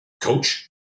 coach